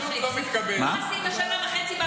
מה עשית שנה וחצי?